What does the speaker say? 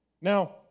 Now